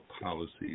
policies